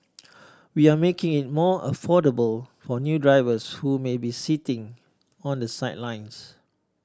we are making it more affordable for new drivers who may be sitting on the sidelines